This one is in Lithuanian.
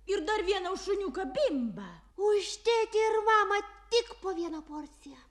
ir dar vieną šuniuką bimbą už tėtį ir mamą tik po vieną porciją